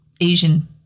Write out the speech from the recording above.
Asian